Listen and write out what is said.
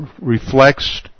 reflects